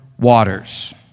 waters